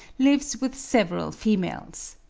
lives with several females.